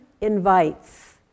Invites